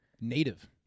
native